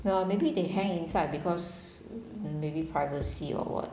!hannor! maybe they hang inside because maybe privacy or what